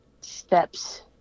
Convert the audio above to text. steps